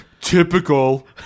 Typical